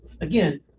Again